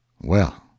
Well